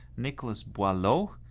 nicolas boileau,